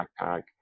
backpack